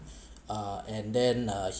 uh and then uh